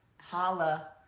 holla